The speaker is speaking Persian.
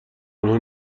آنها